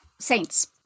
saints